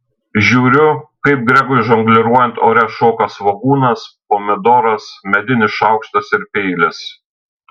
žiūriu kaip gregui žongliruojant ore šoka svogūnas pomidoras medinis šaukštas ir peilis